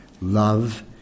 love